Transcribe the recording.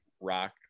rock